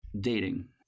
dating